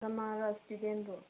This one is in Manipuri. ꯀꯅꯥꯔ ꯁ꯭ꯇꯨꯗꯦꯟꯗꯣ